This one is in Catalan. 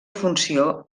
funció